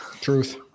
truth